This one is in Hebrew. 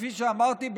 כפי שאמרתי,